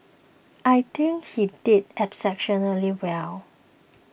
I think he did exceptionally well